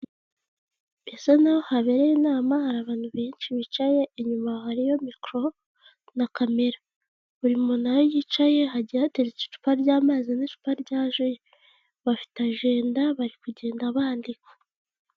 Bisa naho habereye inama hari abantu benshi bicaye inyuma hariyo mikoro na kamera. Buri muntu aho yicaye hajyiye hateretse icupa ry'amazi n'icupa rya ji. Bafite ajenda bari kugenda bandikwa.